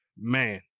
man